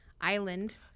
Island